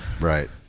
right